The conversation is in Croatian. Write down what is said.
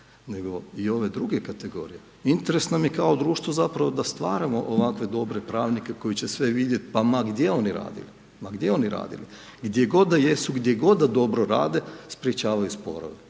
nego i ove druge kategorije. Interes nam je kao društvo zapravo da stvaramo ovakve dobre pravnike koji će sve vidjeti pa ma gdje oni radili, ma gdje oni radili. Gdje god da jesu, gdje god da dobro rade sprječavaju sporove.